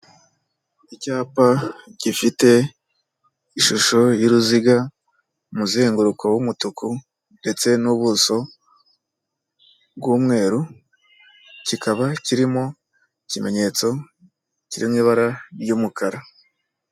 Icyapa gifite ishusho y'uruziga, umuzenguruko w'umutuku ndetse n'ubuso bw'umweru, kikaba kirimo ikimenyetso kiri mu ibara ry'umukara.